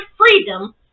freedom